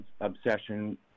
obsession